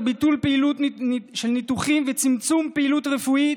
ביטול פעילות של ניתוחים וצמצום פעילות רפואית,